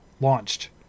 launched